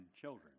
children